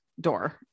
door